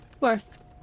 Worth